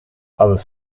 others